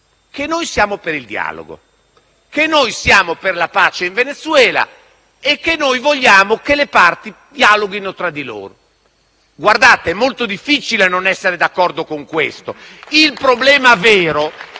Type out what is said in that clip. che noi siamo per il dialogo; che noi siamo per la pace in Venezuela, e che noi vogliamo che le parti dialoghino tra di loro. Guardate: è molto difficile non essere d'accordo con questo. *(Applausi